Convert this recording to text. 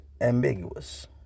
ambiguous